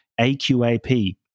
AQAP